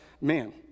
man